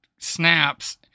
snaps